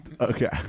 okay